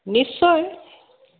নিশ্চয়